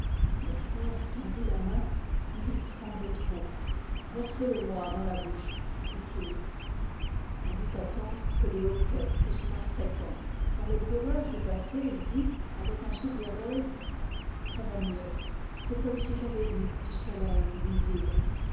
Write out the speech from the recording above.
mon frère étendit la main mais il tremblait trop versez le moi dans la bouche fit-il on dut attendre que les hoquets fussent moins fréquents quand le breuvage eut passé il dit avec un soupir d'aise ça va mieux c'est comme si j'avais bu du soleil des iles